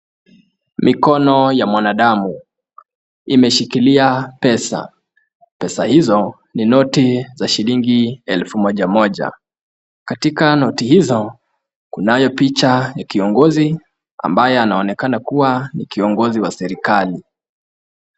Mikono ya mwanadamu imeshikilia pesa. Pesa hizo ni noti za shilingi elfu moja moja. Katika noti hizo, kunayo picha ya kiongozi ambaye anaonekana kuwa ni kiongozi wa serikali.